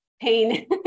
pain